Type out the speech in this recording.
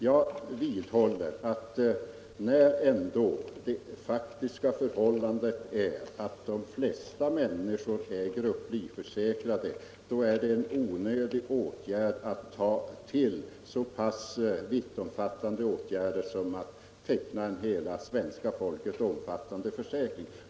Jag vidhåller, att när ändå de flesta människor är grupplivförsäkrade, då är det en onödig åtgärd att ta till en så omfattande sak som att teckna en försäkring som omfattar hela svenska folket.